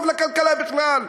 טוב לכלכלה בכלל,